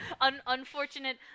unfortunate